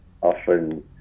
often